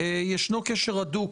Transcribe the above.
ישנו קשר הדוק